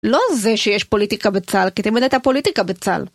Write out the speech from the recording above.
לא זה שיש פוליטיקה בצה"ל, כי תמיד היתה פוליטיקה בצה"ל.